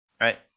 right